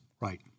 right